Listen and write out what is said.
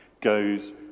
goes